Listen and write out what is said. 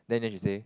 then then she say